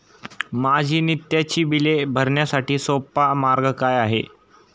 माझी नित्याची बिले भरण्यासाठी सोपा मार्ग काय आहे?